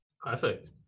perfect